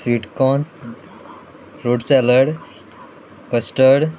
sweet corn fruit salad custard